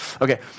Okay